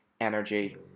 energy